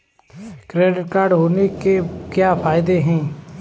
Credit card होने के क्या फायदे हैं?